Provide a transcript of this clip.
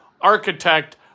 architect